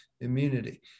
immunity